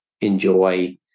enjoy